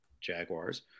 Jaguars